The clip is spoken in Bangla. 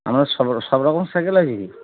আপনার সব সব রকম সাইকেল আছে কি